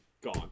gone